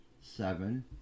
seven